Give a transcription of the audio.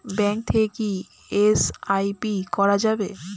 Bank থেকে কী SIP করা যাবে?